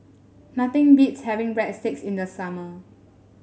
nothing beats having Breadsticks in the summer